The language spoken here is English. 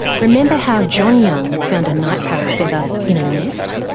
remember how john young found a night parrot feather in a nest?